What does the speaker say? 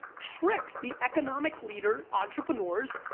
trick the economic leader, entrepreneurs,